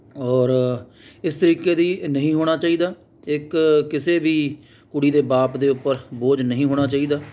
ਔਰ ਇਸ ਤਰੀਕੇ ਦੀ ਨਹੀਂ ਹੋਣਾ ਚਾਹੀਦਾ ਇੱਕ ਕਿਸੇ ਵੀ ਕੁੜੀ ਦੇ ਬਾਪ ਦੇ ਉੱਪਰ ਬੋਝ ਨਹੀਂ ਹੋਣਾ ਚਾਹੀਦਾ